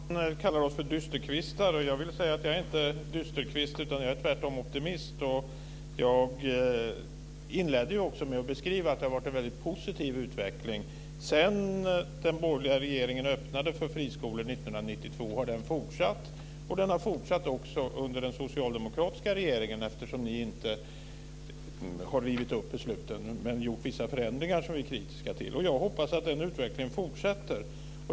Herr talman! Eva Johansson kallar oss dysterkvistar. Jag vill säga att jag inte är en dysterkvist, utan tvärtom optimist. Jag inledde också med att beskriva att det har varit en väldigt positiv utveckling. Sedan den borgerliga regeringen öppnade för friskolor 1992 har den fortsatt, och den har fortsatt också under den socialdemokratiska regeringen, eftersom ni inte har rivit upp besluten. Men ni har gjort vissa förändringar som vi är kritiska till. Jag hoppas att den här utvecklingen fortsätter.